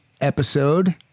episode